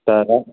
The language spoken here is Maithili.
तऽ रऽ